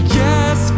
yes